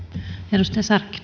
arvoisa